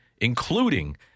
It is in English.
including